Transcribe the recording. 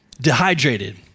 Dehydrated